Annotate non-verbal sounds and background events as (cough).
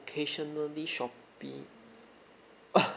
occasionally Shopee (noise)